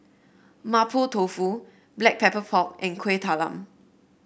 Mapo Tofu Black Pepper Pork and Kuih Talam